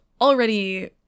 already